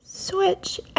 Switch